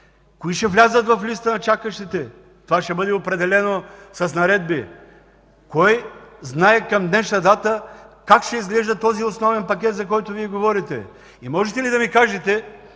Кои ще влязат в листата на чакащите? Това ще бъде определено с наредби. Кой знае към днешна дата как ще изглежда този основен пакет, за който Вие говорите? И можете ли да ни кажете